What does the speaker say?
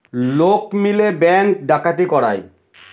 লোক মিলে ব্যাঙ্ক ডাকাতি করায়